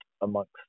amongst